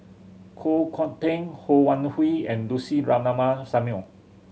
Koh Hong Teng Ho Wan Hui and Lucy Ratnammah Samuel